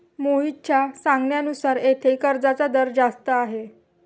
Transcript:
मोहितच्या सांगण्यानुसार येथे कराचा दर जास्त आहे